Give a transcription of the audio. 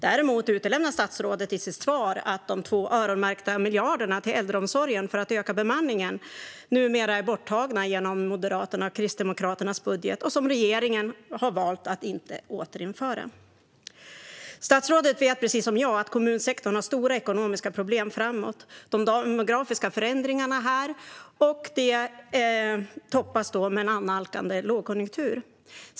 Däremot utelämnar statsrådet i sitt svar att de två öronmärkta miljarderna till äldreomsorgen för att öka bemanningen numera är borttagna genom Moderaternas och Kristdemokraternas budget, och regeringen har valt att inte återinföra dem. Statsrådet vet precis som jag att kommunsektorn har stora ekonomiska problem framöver. De demografiska förändringarna är här, och det toppas med en annalkande lågkonjunktur.